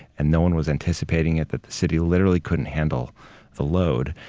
and no one was anticipating it, that the city literally couldn't handle the load.